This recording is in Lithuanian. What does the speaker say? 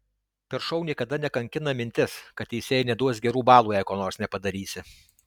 per šou niekada nekankina mintis kad teisėjai neduos gerų balų jei ko nors nepadarysi